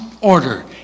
order